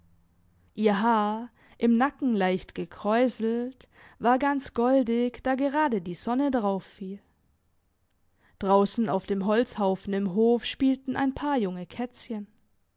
ihr haar im nacken leicht gekräuselt war ganz goldig da gerade die sonne drauf fiel draussen auf dem holzhaufen im hof spielten ein paar junge kätzchen